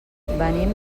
venim